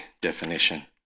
definition